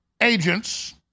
agents